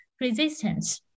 resistance